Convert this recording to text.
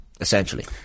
essentially